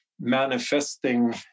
manifesting